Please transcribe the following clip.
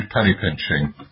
penny-pinching